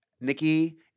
Nikki